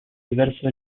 diverse